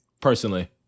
personally